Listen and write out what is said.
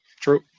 true